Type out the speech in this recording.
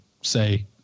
say